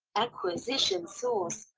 acquisition source,